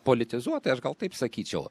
politizuotai aš gal taip sakyčiau